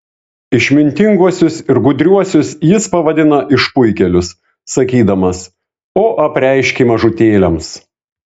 išmintinguosius ir gudriuosius jis pavadina išpuikėlius sakydamas o apreiškei mažutėliams